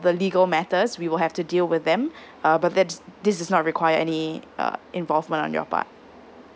the legal matters we will have to deal with them uh but that's this is not require any uh involvement on your part